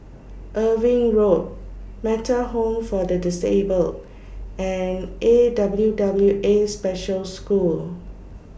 Irving Road Metta Home For The Disabled and A W W A Special School